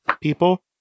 people